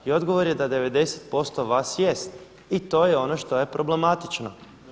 I odgovor je da 90% vas jest i to je ono što je problematično.